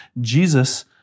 Jesus